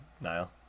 niall